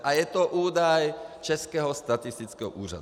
A je to údaj Českého statistického úřadu.